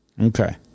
Okay